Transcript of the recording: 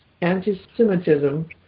anti-Semitism